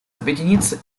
объединиться